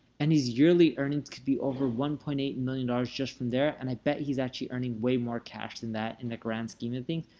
and his yearly earnings could be over one point eight million dollars just from there, and i bet he's actually earning way more cash than that in the grand scheme of and things.